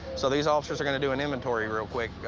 so these officers are going to do an inventory real quick.